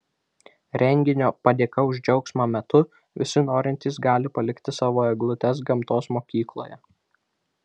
renginio padėka už džiaugsmą metu visi norintys gali palikti savo eglutes gamtos mokykloje